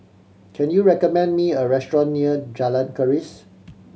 can you recommend me a restaurant near Jalan Keris